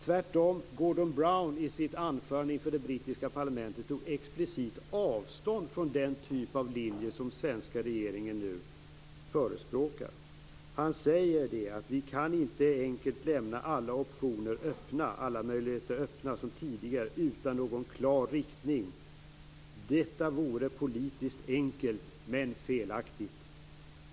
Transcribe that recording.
Gordon Brown tog tvärtom i sitt anförande inför det brittiska parlamentet explicit avstånd från den typ av linje som den svenska regeringen nu förespråkar. Han säger att man inte kan lämna alla möjligheter öppna, som tidigare, utan någon klar riktning. Detta vore politiskt enkelt men felaktigt.